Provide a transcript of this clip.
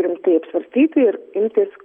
rimtai apsvarstyti ir imtis